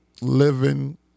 living